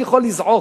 אני יכול לזעוק,